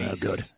Good